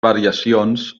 variacions